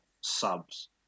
subs